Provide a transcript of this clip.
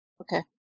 Okay